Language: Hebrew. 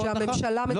שהממשלה -- לא,